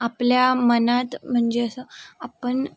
आपल्या मनात म्हणजे असं आपण